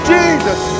Jesus